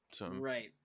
Right